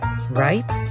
right